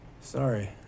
Sorry